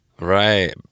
Right